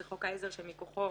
זה חוק העזר שמכוחו